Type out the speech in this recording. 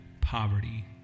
poverty